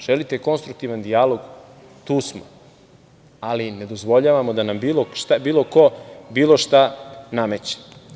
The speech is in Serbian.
Želite konstruktivan dijalog, tu smo ale ne dozvoljavamo da nam bilo ko, bilo šta nameće.